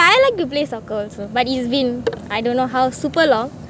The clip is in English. I like to play soccer it's been I don't know how super long